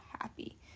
happy